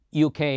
UK